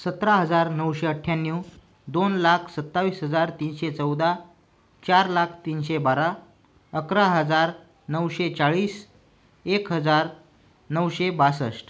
सतरा हजार नऊशे अठ्ठ्याण्णव दोन लाख सत्तावीस हजार तीनशे चौदा चार लाख तीनशे बारा अकरा हजार नऊशे चाळीस एक हजार नऊशे बासष्ट